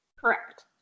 Correct